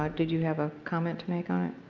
um did you have a comment to make on it?